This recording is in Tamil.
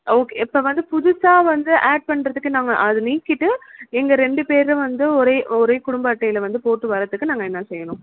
ஆ ஓகே இப்போ வந்து புதுசாக வந்து ஆட் பண்ணுறதுக்கு நாங்கள் அதை நீக்கிவிட்டு எங்கள் ரெண்டு பேரும் வந்து ஒரே ஒரே குடும்ப அட்டையில் வந்து போட்டு வர்றதுக்கு நாங்கள் என்ன செய்யணும்